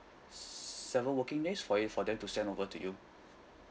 seven working days for it for them to send over to you